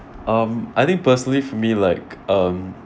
um I think personally for me like um